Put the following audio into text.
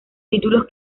títulos